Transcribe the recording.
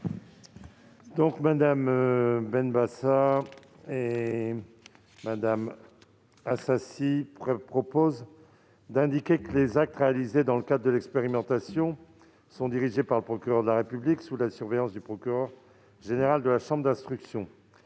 ? Mme Benbassa et Mme Cukierman proposent d'indiquer que les actes réalisés dans le cadre de l'expérimentation sont dirigés par le procureur de la République, sous la surveillance du procureur général et de la chambre d'instruction.